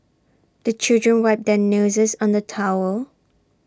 the children wipe their noses on the towel